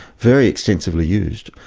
very extensively used.